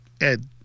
Ed